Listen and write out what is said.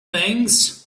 things